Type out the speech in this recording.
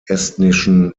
estnischen